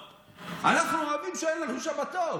אנחנו אוהבים שאין לנו שבתות,